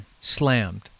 Slammed